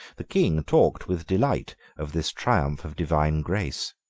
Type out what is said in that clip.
the king talked with delight of this triumph of divine grace.